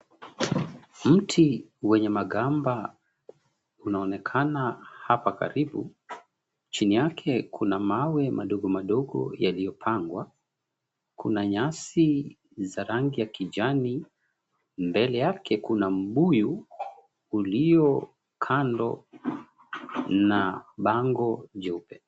Mti wenye magamba unaonekana hapa karibu. Chini yake kuna mawe madogo madogo yaliyopangwa. Kuna nyasi za rangi ya kijani. Mbele yake kuna mbuyu ulio kando na bango jeupe.